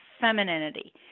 femininity